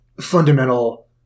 fundamental